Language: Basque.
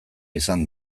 izan